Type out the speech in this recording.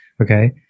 okay